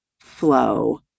flow